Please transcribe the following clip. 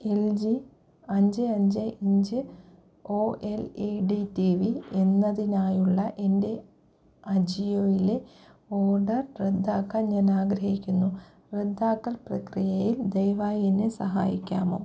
L G അഞ്ച് അഞ്ച് inch O L E D T V എന്നതിനായുള്ള എന്റെ അജിയോയിലെ ഓർഡർ റദ്ദാക്കാൻ ഞാനാഗ്രഹിക്കുന്നു റദ്ദാക്കൽ പ്രക്രിയയിൽ ദയവായി എന്നെ സഹായിക്കാമോ